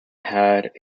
had